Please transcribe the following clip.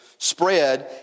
Spread